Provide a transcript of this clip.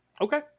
Okay